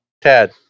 Tad